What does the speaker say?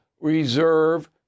reserve